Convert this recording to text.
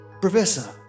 Professor